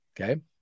Okay